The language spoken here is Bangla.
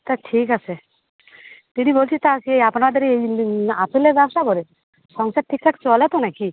তা ঠিক আছে দিদি বলছি তা কি আপনাদের এই আপেলের ব্যবসা করে সংসার ঠিকঠাক চলে তো নাকি